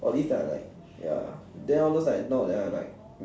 all these I like ya then all those like not I don't like